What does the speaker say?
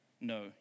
No